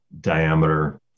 diameter